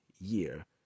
year